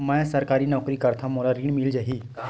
मै सरकारी नौकरी करथव मोला ऋण मिल जाही?